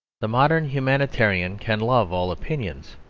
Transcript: the modern humanitarian can love all opinions,